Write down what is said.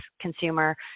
consumer